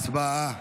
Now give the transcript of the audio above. הצבעה.